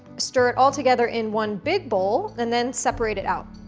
stir it all together in one big bowl and then separate it out.